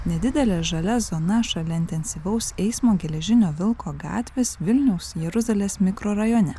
nedidelė žalia zona šalia intensyvaus eismo geležinio vilko gatvės vilniaus jeruzalės mikrorajone